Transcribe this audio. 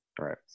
Right